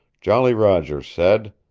jolly roger said,